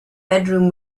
bedroom